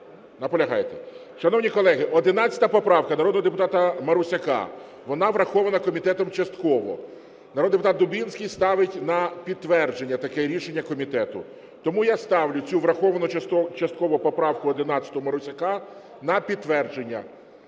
Наполягаєте. Шановні колеги, 11 поправка народного депутата Марусяка, вона врахована комітетом частково, народний депутат Дубінський ставить на підтвердження таке рішення комітету. Тому я ставлю цю враховану частково поправку 11 Марусяка на підтвердження,